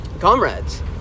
comrades